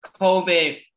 COVID